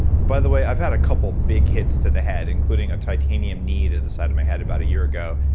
by the way, i've had a couple of big hits to the head including a titanium kneed to and the side of my head about a year ago.